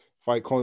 fight